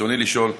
ברצוני לשאול: